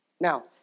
Now